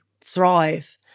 thrive